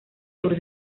sur